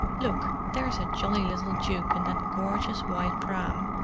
look, there's a jolly little duke in that gorgeous white pram,